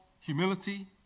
humility